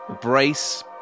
Brace